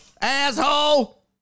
asshole